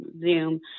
Zoom